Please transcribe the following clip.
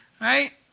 Right